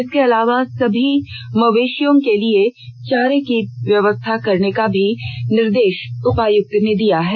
इसके अलावा सभी मवेषियों के लिए चारा की व्यवस्था करने का भी निर्देष उपायुक्त ने दिया है